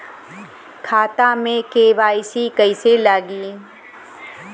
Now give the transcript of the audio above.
खाता में के.वाइ.सी कइसे लगी?